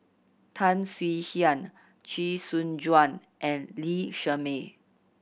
Tan Swie Hian Chee Soon Juan and Lee Shermay